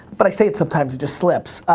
but i say it sometimes, it just slips.